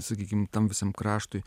sakykim tam visam kraštui